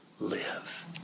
live